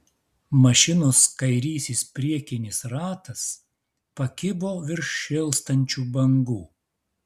mašinos kairysis priekinis ratas pakibo virš šėlstančių bangų